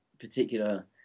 particular